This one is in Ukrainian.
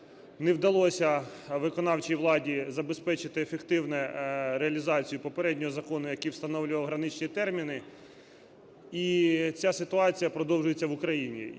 не вдалося виконавчій владі забезпечити ефективну реалізацію попереднього закону, який встановлював граничні терміни. І ця ситуація продовжується в Україні.